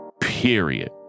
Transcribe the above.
period